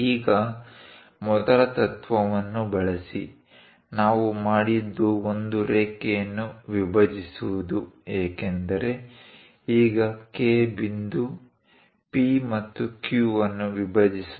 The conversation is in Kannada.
ಈಗ ಮೊದಲ ತತ್ವವನ್ನು ಬಳಸಿ ನಾವು ಮಾಡಿದ್ದು ಒಂದು ರೇಖೆಯನ್ನು ವಿಭಜಿಸುವುದು ಏಕೆಂದರೆ ಈಗ K ಬಿಂದು P ಮತ್ತು Q ಅನ್ನು ವಿಭಜಿಸುತ್ತದೆ